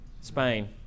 Spain